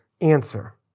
answer